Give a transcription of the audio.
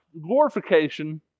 glorification